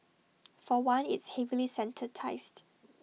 for one it's heavily sanitised